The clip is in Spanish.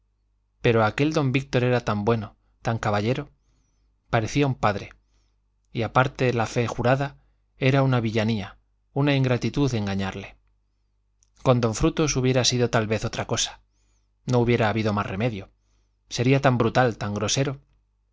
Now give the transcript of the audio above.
pero aquel don víctor era tan bueno tan caballero parecía un padre y aparte la fe jurada era una villanía una ingratitud engañarle con don frutos hubiera sido tal vez otra cosa no hubiera habido más remedio sería tan brutal tan grosero